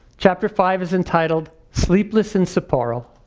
chapter five is entitled sleepless in sapporo.